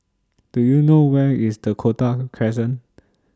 Do YOU know Where IS The Dakota Crescent